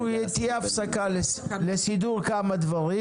תהיה הפסקה לסידור כמה דברים